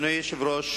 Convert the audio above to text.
אדוני היושב-ראש,